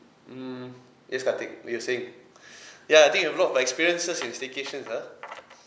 mm yes kah teck you were saying ya I think you've a lot of experiences in staycations uh